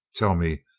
tell me,